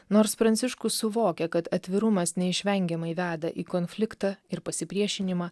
nors pranciškus suvokė kad atvirumas neišvengiamai veda į konfliktą ir pasipriešinimą